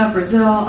Brazil